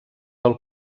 del